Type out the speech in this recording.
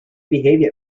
behave